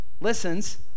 listens